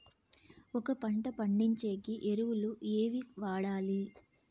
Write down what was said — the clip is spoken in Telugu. ఒక పంట పండించేకి ఎరువులు ఏవి వాడాలి?